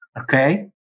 Okay